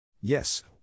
Yes